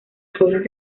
joven